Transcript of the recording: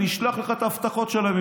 אני אשלח לך את ההבטחות שלהם,